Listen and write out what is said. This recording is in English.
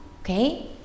Okay